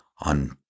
on